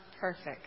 perfect